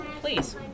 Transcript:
Please